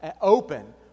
open